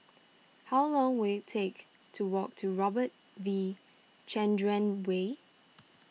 how long will it take to walk to Robert V Chandran Way